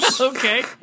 Okay